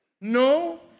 No